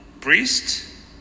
priest